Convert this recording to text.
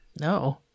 No